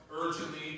urgently